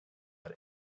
had